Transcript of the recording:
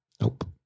nope